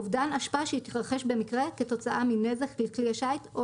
אובדן אשפה שהתרחש במקרה כתוצאה מנזק לכלי שיט או